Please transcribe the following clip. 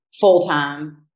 full-time